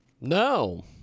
No